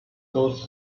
those